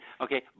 okay